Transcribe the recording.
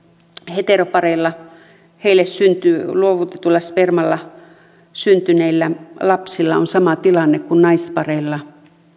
heteropareille luovutetulla spermalla syntyneillä lapsilla on sama tilanne kuin naispareille